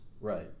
Right